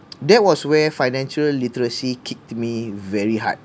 that was where financial literacy kicked me very hard